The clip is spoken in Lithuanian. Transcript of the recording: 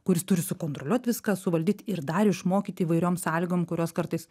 kuris turi sukontroliuot viską suvaldyt ir dar išmokyt įvairiom sąlygom kurios kartais